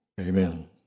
Amen